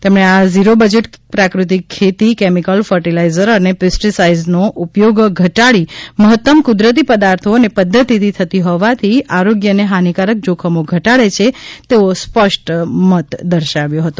તેમણે આ zero budget પ્રાકૃતિક ખેતી કેમિકલ ફર્ટીલાઇઝર અને પેસ્ટીસાઇડ્સનો ઉપયોગ ઘટાડી મહત્તમ કુદરતી પદાર્થો અને પદ્વતિથી થતી હોવાથી આરોગ્યને હાનિકારક જોખમો ઘટાડે છે તેવો સ્પષ્ટ મત દર્શાવ્યો હતો